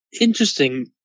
interesting